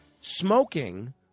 smoking